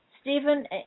Stephen